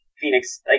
Phoenix